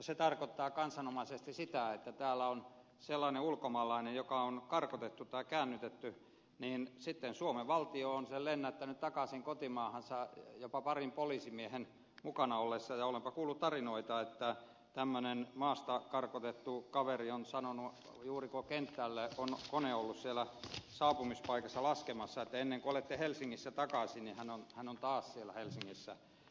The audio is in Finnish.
se tarkoittaa kansanomaisesti sitä että täällä on sellainen ulkomaalainen joka on karkotettu tai käännytetty sitten suomen valtio on hänet lennättänyt takaisin kotimaahansa jopa parin poliisimiehen mukana ollessa ja olenpa kuullut tarinoita että tämmöinen maasta karkotettu kaveri on sanonut juuri kun kentälle kone on ollut saapumispaikassa laskemassa että ennen kuin he ovat helsingissä takaisin hän on taas siellä helsingissä